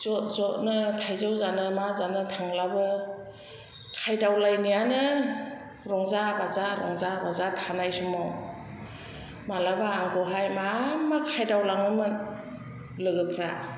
ज' ज' नो थाइजौ जानो मा जानो थांलाबो खायदावलायनायानो रंजा बाजा रंजा बाजा थानाय समाव माब्लाबा आंखौहाय मा मा खायदावलाङोमोन लोगोफ्रा